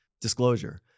Disclosure